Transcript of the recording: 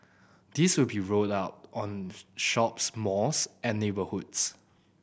these will be rolled out on shops malls and neighbourhoods